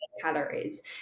calories